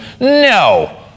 no